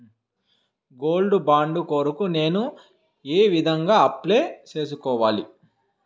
Gold bond కొరకు నేను ఏ విధంగా అప్లై సేసుకోవాలి?